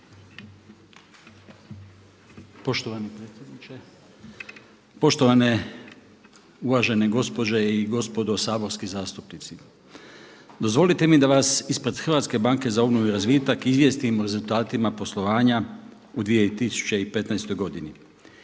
Poštovani predsjedniče, poštovane uvažene gospođe i gospodo saborski zastupnici dozvolite mi da vas ispred HBO-a izvijestim o rezultatima poslovanja u 2015. godini.